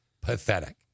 pathetic